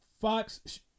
Fox